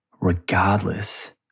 regardless